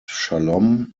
shalom